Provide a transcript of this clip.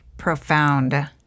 profound